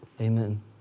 Amen